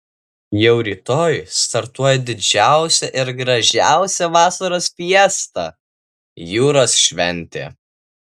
jau rytoj startuoja didžiausia ir gražiausia vasaros fiesta jūros šventė